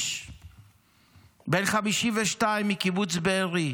בן 52 מקיבוץ בארי,